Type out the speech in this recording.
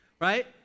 right